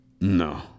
No